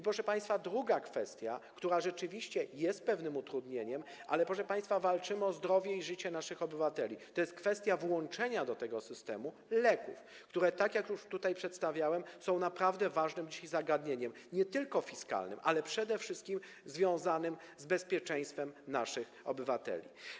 Proszę państwa, druga kwestia, która rzeczywiście jest pewnym utrudnieniem, ale walczymy o zdrowie i życie naszych obywateli, to jest kwestia włączenia do tego systemu leków, które tak jak już tutaj przedstawiałem, są dzisiaj naprawdę ważnym zagadnieniem, nie tylko fiskalnym, ale przede wszystkim związanym z bezpieczeństwem naszych obywateli.